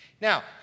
Now